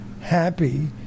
happy